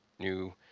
New